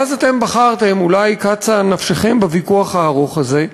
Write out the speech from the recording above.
ואז אתם בחרתם, אולי קצה נפשכם בוויכוח הארוך הזה,